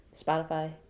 Spotify